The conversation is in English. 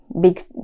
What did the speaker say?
big